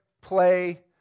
play